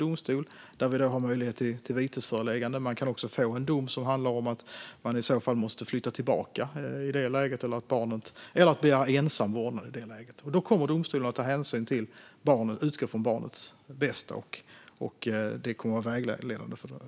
Där har vi möjlighet till vitesföreläggande, och det kan bli en dom som handlar om att föräldern i det läget måste flytta tillbaka eller begära ensam vårdnad. Då kommer domstolen att utgå från barnets bästa, och det kommer att vara vägledande.